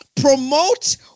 promote